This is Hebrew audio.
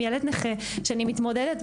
עם ילד נכה שאני מתמודדת,